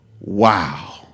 Wow